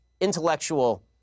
intellectual